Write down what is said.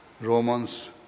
Romans